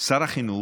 שר החינוך,